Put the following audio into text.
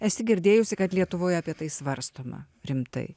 esi girdėjusi kad lietuvoj apie tai svarstoma rimtai